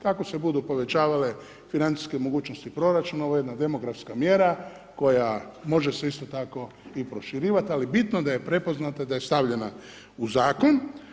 Kako se budu povećavale financijske mogućnosti proračuna, ovo je jedna demografska mjera, koja može se isto tako i proširivat, al bitno da se prepoznata, da je stavljena u Zakon.